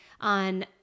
on